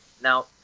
Now